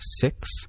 six